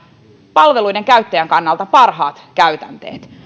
palveluiden käyttäjän kannalta parhaat käytänteet